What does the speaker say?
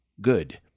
good